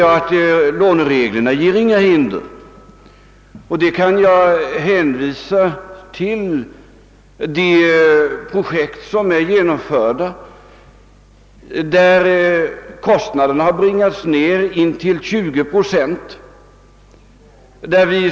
Jag svarar att lånereglerna inte reser några hinder, och jag kan hänvisa till de projekt som har genom förts, vid vilka kostnaderna har bringats ned med intill 20 procent.